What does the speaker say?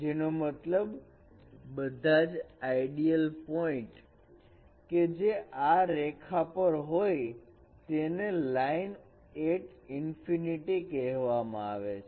જેનો મતલબ બધા જ આઈડિઅલ પોઇન્ટ કે જે આ રેખા પર હોય તેને લાઇન એટ ઇન્ફીનિટી કહેવામાં આવે છે